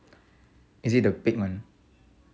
is it the pig one